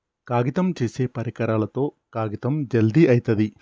కాగితం చేసే పరికరాలతో కాగితం జల్ది అయితది